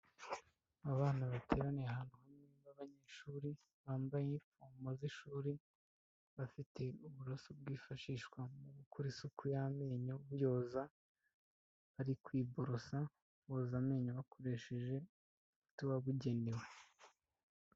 Abana bateraniye hamwe b'abanyeshuri bambaye inifomu z'ishuri, bafite uburoso bwifashishwa mu gukora isuku y'amenyo buyoza, bari kwiborosa boza amenyo bakoresheje umuti wabugenewe.